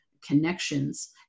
connections